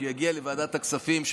שיגיע לוועדת הכספים,